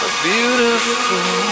beautiful